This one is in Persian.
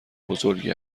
بزرگی